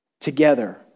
together